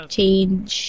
change